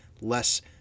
less